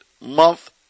month